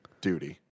duty